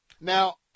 Now